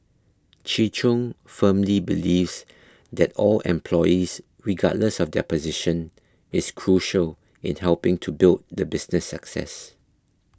Chi Chung firmly believes that all employees regardless of their position is crucial in helping to build the business success